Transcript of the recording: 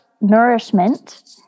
Nourishment